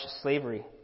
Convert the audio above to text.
slavery